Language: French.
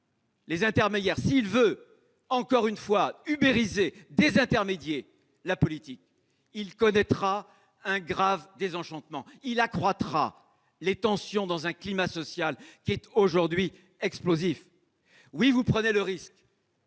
corps intermédiaires, s'il veut encore une fois « uberiser » ou désintermédier la politique, il risque de connaître un grave désenchantement et d'accroître les tensions dans un climat social qui est aujourd'hui explosif. Oui, vous prenez le risque